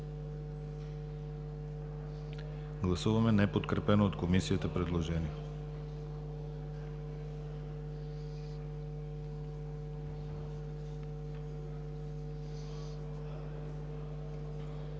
Гласуваме неподкрепено от Комисията предложение. Гласували